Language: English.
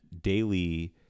daily